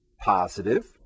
Positive